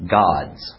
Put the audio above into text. gods